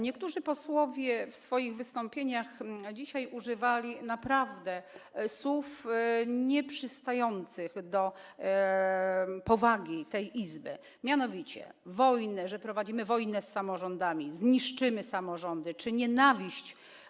Niektórzy posłowie w swoich wystąpieniach dzisiaj używali słów naprawdę nieprzystających do powagi tej Izby, mianowicie „wojna” - mówili, że prowadzimy wojnę z samorządami, zniszczymy samorządy - czy „nienawiść”